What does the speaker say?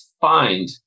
find